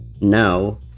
Now